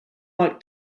like